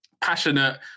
passionate